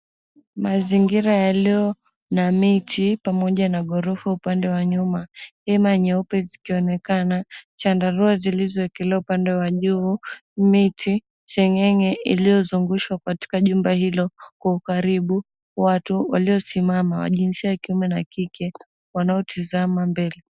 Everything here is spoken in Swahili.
Mazingira yaliyo na miti pamoja na ghorofa upande wa nyuma, hema nyeupe zikionekana, chandarua zilizoekelewa upande wa juu, miti, seng'eng'e iliyozungushwa katika jumba hilo. Kwa ukaribu watu waliosimama wa jinsia ya kiume na kike wanaotizama mbele.